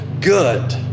good